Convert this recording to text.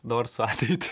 dorsų ateitį